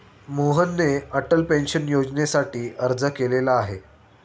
मोहनने अटल पेन्शन योजनेसाठी अर्ज केलेला आहे